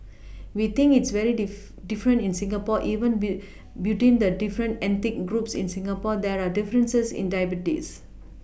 we think it's very different in Singapore even be between the different ethnic groups in Singapore there are differences in diabetes